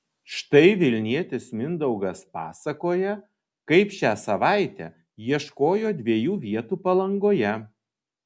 štai vilnietis mindaugas pasakoja kaip šią savaitę ieškojo dviejų vietų palangoje